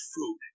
food